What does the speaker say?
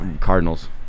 Cardinals